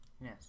Yes